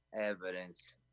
Evidence